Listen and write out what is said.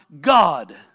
God